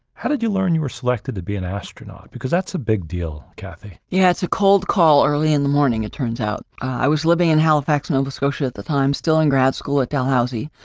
how did you learn you were selected to be an astronaut because that's a big deal, kathy. yeah, it's a cold call early in the morning, it turns out. i was living in halifax, nova scotia at the time, still in grad school at dalhousie,